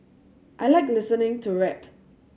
I like listening to rap